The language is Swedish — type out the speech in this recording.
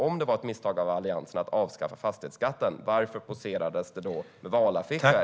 Om det var ett misstag av Alliansen att avskaffa fastighetskatten, varför poserades det då på valaffischer?